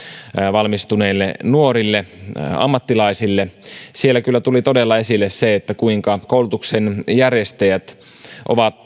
valmistuneille nuorille ammattilaisille niin siellä kyllä todella tuli esille se kuinka tyytyväisiä koulutuksen järjestäjät ovat